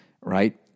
Right